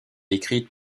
écrite